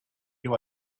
you